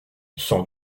sans